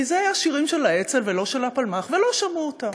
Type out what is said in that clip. כי זה היה מהשירים של האצ"ל ולא של הפלמ"ח ולא שמעו אותם.